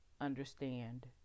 understand